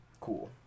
cool